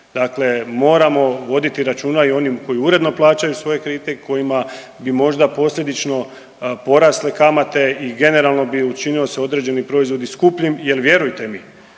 Dakle, moramo voditi računa i o onim koji uredno plaćaju svoje kredite kojima bi možda posljedično porasle kamate i generalno bi učinio se određeni proizvodi skupljim jer vjerujte mi